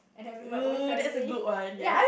oo that's a good one yes